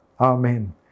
Amen